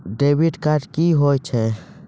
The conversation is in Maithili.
डेबिट कार्ड क्या हैं?